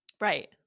Right